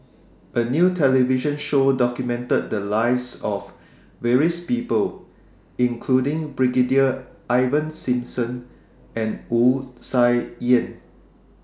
A New television Show documented The Lives of various People including Brigadier Ivan Simson and Wu Tsai Yen